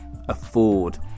afford